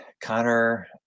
Connor